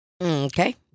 okay